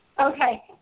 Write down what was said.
Okay